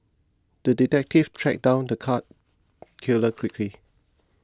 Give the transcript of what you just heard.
the detective tracked down the cat killer quickly